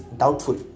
doubtful